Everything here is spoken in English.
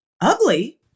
Ugly